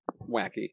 wacky